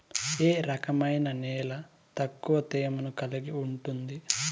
ఏ రకమైన నేల ఎక్కువ తేమను కలిగి ఉంటుంది?